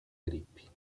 gripe